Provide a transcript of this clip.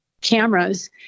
cameras